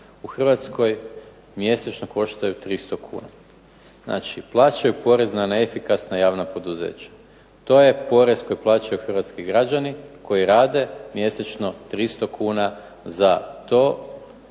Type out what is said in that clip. u Hrvatskoj mjesečno koštaju 300 kuna. Znači, plaćaju porez na neefikasna javna poduzeća. To je porez koji plaćaju hrvatski građani koji rade, mjesečno 300 kuna za to